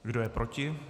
Kdo je proti?